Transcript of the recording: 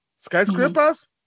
Skyscrapers